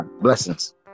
Blessings